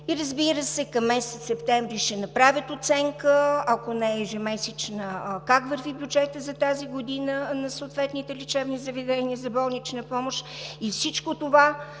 и, разбира се, към месец септември ще направят оценка, ако не ежемесечна, как върви бюджетът за тази година на съответните лечебни заведения за болнична помощ, и всичко това,